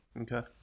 Okay